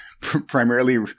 primarily